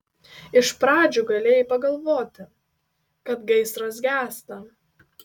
iš pradžių galėjai pagalvoti kad gaisras gęsta